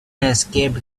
escaped